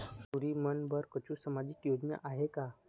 टूरी बन बर कछु सामाजिक योजना आहे का?